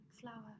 Flower